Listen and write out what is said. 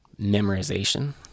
memorization